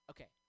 Okay